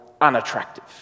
unattractive